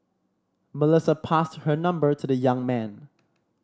Melissa passed her number to the young man